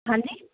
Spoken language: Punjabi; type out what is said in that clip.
ਹਾਂਜੀ